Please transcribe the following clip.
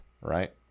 right